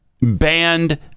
banned